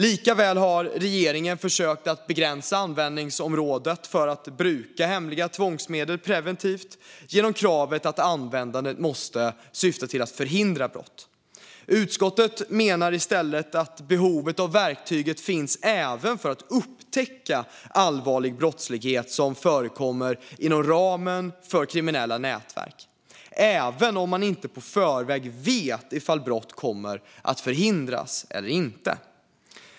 Regeringen har också försökt att begränsa området för att bruka hemliga tvångsmedel preventivt genom kravet att användandet måste syfta till att förhindra brott. Utskottet menar i stället att behov av verktyget finns även för att upptäcka allvarlig brottslighet som förekommer inom ramen för kriminella nätverk, även om man inte på förhand vet om brott kommer att förhindras eller inte.